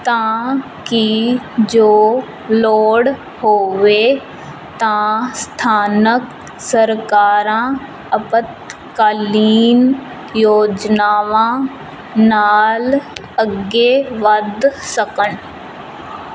ਤਾਂ ਕਿ ਜੋ ਲੋੜ ਹੋਵੇ ਤਾਂ ਸਥਾਨਕ ਸਰਕਾਰਾਂ ਅਪਾਤਕਾਲੀਨ ਯੋਜਨਾਵਾਂ ਨਾਲ ਅੱਗੇ ਵੱਧ ਸਕਣ